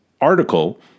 article